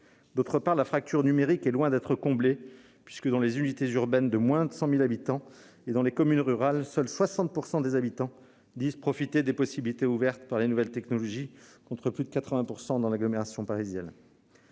D'autre part, la fracture numérique est loin d'être comblée puisque, dans les unités urbaines de moins de 100 000 habitants et dans les communes rurales, seuls 60 % des habitants disent profiter des possibilités ouvertes par les nouvelles technologies, contre plus de 80 % dans l'agglomération parisienne.